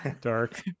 dark